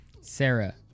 Sarah